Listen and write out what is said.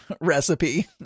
recipe